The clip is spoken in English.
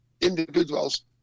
individuals